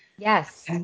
yes